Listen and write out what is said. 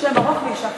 שם ארוך לאישה קצרה.